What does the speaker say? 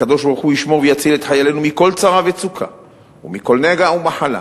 הקדוש-ברוך-הוא ישמור ויציל את חיילינו מכל צרה ומצוקה ומכל נגע ומחלה,